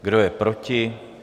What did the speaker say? Kdo je proti?